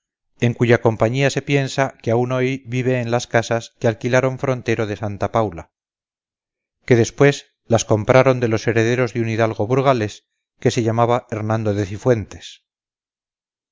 en cuya compañía se piensa que aún hoy vive en las casas que alquilaron frontero de santa paula que después las compraron de los herederos de un hidalgo burgalés que se llamaba hernando de cifuentes